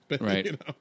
Right